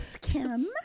kim